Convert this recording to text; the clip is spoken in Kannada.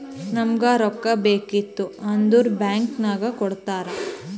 ನಮುಗ್ ರೊಕ್ಕಾ ಬೇಕಿತ್ತು ಅಂದುರ್ ಬ್ಯಾಂಕ್ ನಾಗ್ ಕೊಡ್ತಾರ್